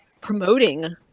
promoting